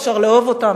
אפשר לאהוב אותן,